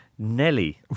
Nelly